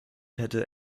hätte